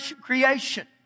creation